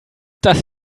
das